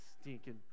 Stinking